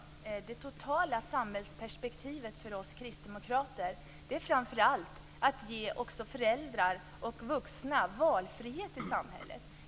Herr talman! Det totala samhällsperspektivet för oss kristdemokrater är framför allt att ge föräldrar och andra vuxna valfrihet i samhället.